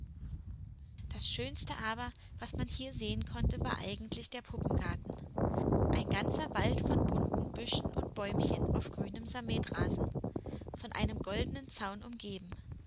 das schönste aber was man hier sehen konnte war eigentlich der puppengarten ein ganzer wald von bunten büschen und bäumchen auf grünem sammetrasen von einem goldenen zaun umgeben